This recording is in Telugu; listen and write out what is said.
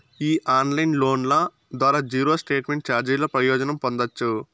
ఈ ఆన్లైన్ లోన్ల ద్వారా జీరో స్టేట్మెంట్ చార్జీల ప్రయోజనం పొందచ్చు